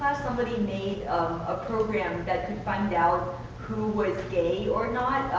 somebody made of a program that could find out who was gay or not,